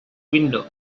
window